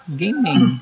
gaming